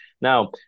Now